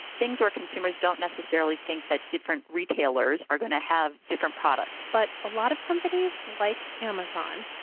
things where consumers don't necessarily think that different retailers are going to have different products. but a lot of companies, like amazon,